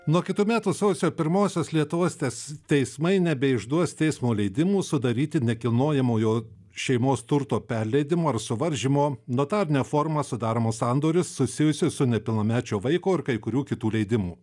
nuo kitų metų sausio pirmosios lietuvos tes teismai nebeišduos teismo leidimų sudaryti nekilnojamojo šeimos turto perleidimo ar suvaržymo notarine forma sudaromus sandorius susijusius su nepilnamečio vaiko ir kai kurių kitų leidimų